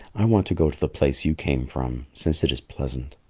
i want to go to the place you came from, since it is pleasant.